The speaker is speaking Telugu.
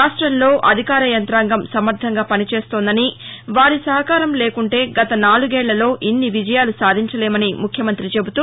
రాష్టంలో అధికార యంతాంగం సమర్ణంగా పనిచేస్తోందని వారి సహకారం లేకుంటే గత నాలుగేళ్లలో ఇన్ని విజయాలు సాధించలేమని ముఖ్యమంతి చెబుతూ